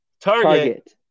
Target